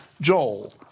Joel